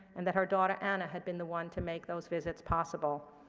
and that her daughter anna had been the one to make those visits possible.